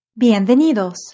Bienvenidos